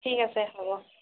ঠিক আছে হ'ব